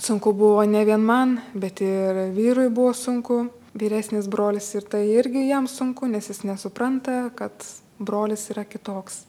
sunku buvo ne vien man bet ir vyrui buvo sunku vyresnis brolis ir tai irgi jam sunku nes jis nesupranta kad brolis yra kitoks